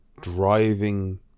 driving